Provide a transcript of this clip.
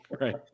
right